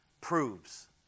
proves